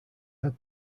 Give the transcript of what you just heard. had